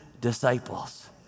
disciples